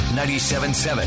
97.7